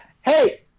Hey